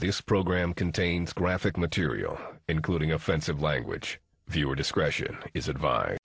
this program contains graphic material including offensive language or discretion is advise